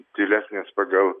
tylesnės pagal